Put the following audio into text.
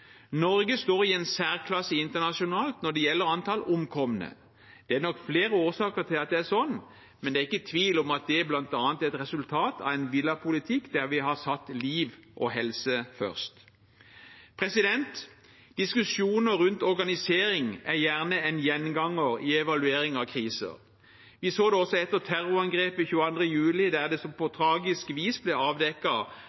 Norge står i en særklasse internasjonalt når det gjelder antall døde. Det er nok flere årsaker til at det er sånn, men det er ikke tvil om at det bl.a. er et resultat av en villet politikk der vi har satt liv og helse først. Diskusjoner rundt organisering er gjerne en gjenganger i evaluering av kriser. Vi så det også etter terrorangrepet 22. juli, der det på